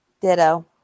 ditto